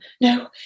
No